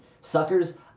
Suckers